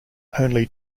only